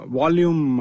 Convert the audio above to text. volume